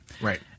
Right